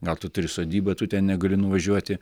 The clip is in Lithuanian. gal tu turi sodybą tu ten negali nuvažiuoti